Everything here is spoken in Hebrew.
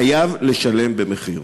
חייב לשלם מחיר.